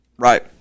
Right